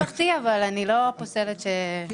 מהסוג הזה.